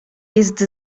jest